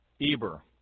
Eber